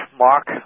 mark